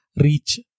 reach